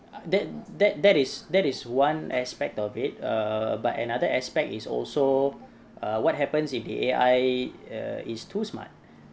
that that that is that is one aspect of it err but another aspect is also uh what happens if the A_I err is too smart